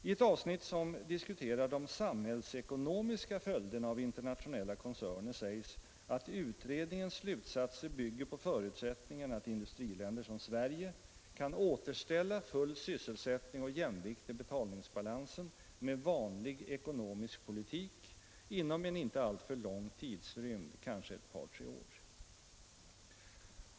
I ett avsnitt som diskuterar de samhällsekonomiska följderna av internationella koncerner sägs att utredningens slutsatser ”bygger på förutsättningen att industriländer som Sverige kan återställa full sysselsättning och jämvikt i betalningsbalansen med vanlig ekonomisk politik inom en inte alltför lång tidsrymd — kanske ett par tre år”.